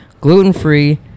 gluten-free